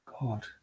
God